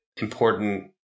important